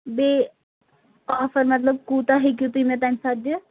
بیٚیہِ آفَر مَطلب کوٗتاہ ہیٚکِو تُہۍ مےٚ تَمہِ ساتہٕ دِتھ